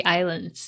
Islands